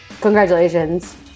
congratulations